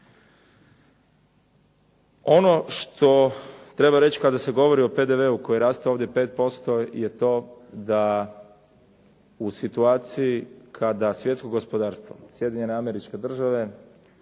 Ono što treba reći kada se govori o PDV-u koji raste ovdje 5% je to da u situaciji kada svjetsko gospodarstvo, Sjedinjene Američke Države,